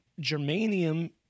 germanium